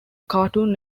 cartoon